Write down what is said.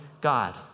God